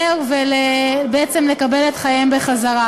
להפטר ולקבל את חייהם בחזרה.